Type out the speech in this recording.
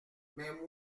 mais